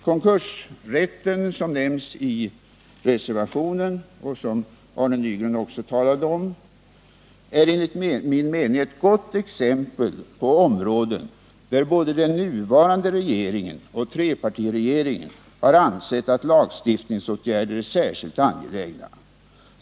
Konkursrätten, som nämns i reservationen och som också Arne Nygren talade om, är enligt min mening ett gott exempel på områden där både den nuvarande regeringen och trepartiregeringen har ansett att lagstiftningsåtgärder är särskilt angelägna.